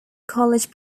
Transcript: college